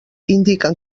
indiquen